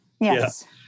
yes